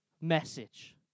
message